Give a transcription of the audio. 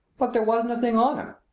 but there wasn't a thing on him.